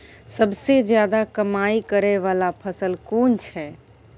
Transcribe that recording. सबसे ज्यादा कमाई करै वाला फसल कोन छै?